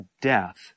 death